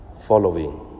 Following